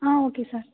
ah okay sir